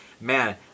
man